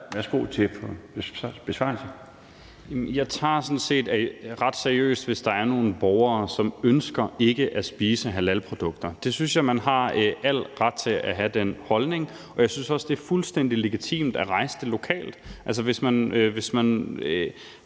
Jeg tager det sådan set ret seriøst, hvis der er nogle borgere, som ikke ønsker at spise halalprodukter. Det synes jeg man har al ret til at have en holdning om, og jeg synes også, det er fuldstændig legitimt at rejse det lokalt. Hvis der